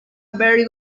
very